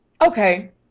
okay